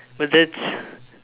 but that's